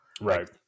Right